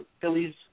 Phillies